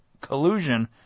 collusion